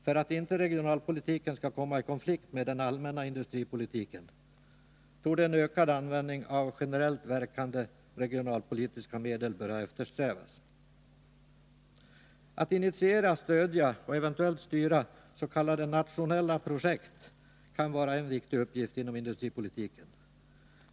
För att inte regionalpolitiken skall komma i konflikt med den allmänna industripolitiken torde en ökad användning av generellt verkande regionalpolitiska medel böra eftersträvas. Att initiera, stödja och eventuellt styra s.k. nationella projekt kan vara en viktig uppgift inom industripolitiken.